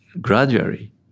gradually